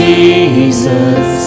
Jesus